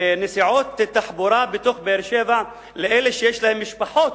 נסיעות בתוך באר-שבע לאלה שיש להם משפחות.